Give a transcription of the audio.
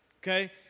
Okay